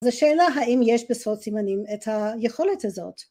זו שאלה האם יש בשפות סימנים את היכולת הזאת.